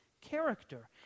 character